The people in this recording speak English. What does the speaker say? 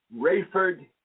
Rayford